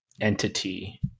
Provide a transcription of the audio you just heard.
entity